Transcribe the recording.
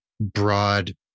broad